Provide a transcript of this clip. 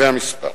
זה המספר.